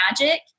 magic